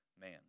man